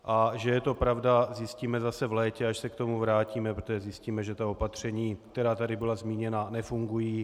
A že je to pravda, zjistíme zase v létě, až se k tomu vrátíme, protože zjistíme, že ta opatření, která tady byla zmíněna, nefungují.